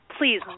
please